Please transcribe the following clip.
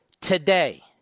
today